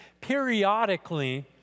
periodically